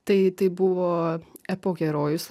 tai tai buvo epo herojus